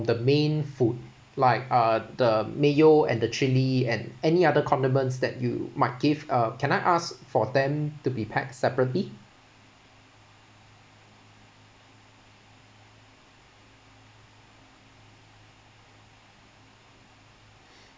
the main food like uh the mayo and the chilli and any other condiments that you might give uh can I ask for them to be packed separately